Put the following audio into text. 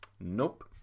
Nope